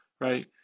right